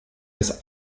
das